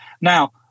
now